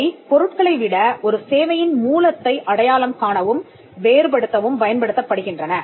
அவை பொருட்களை விட ஒரு சேவையின் மூலத்தை அடையாளம் காணவும் வேறுபடுத்தவும் பயன்படுத்தப்படுகின்றன